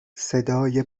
صدای